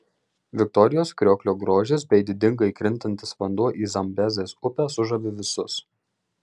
viktorijos krioklio grožis bei didingai krintantis vanduo į zambezės upę sužavi visus